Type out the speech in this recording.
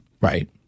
Right